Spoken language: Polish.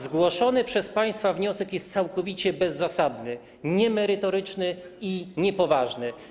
Zgłoszony przez państwa wniosek jest całkowicie bezzasadny, niemerytoryczny i niepoważny.